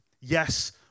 Yes